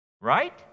Right